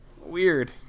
weird